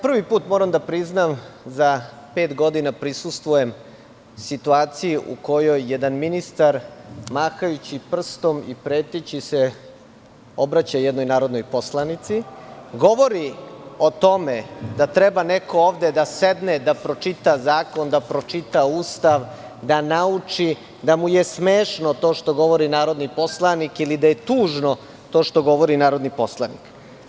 Prvi put moram da priznam za pet godina da prisustvujem situaciji u kojoj jedan ministar, mahajući prstom i preteći se obraća jednoj narodnoj poslanici, govori o tome da treba neko ovde da sedne i pročita zakon, da pročita Ustav, da nauči da mu je smešno to što govori narodni poslanik, ili da je tužno to što govori narodni poslanik.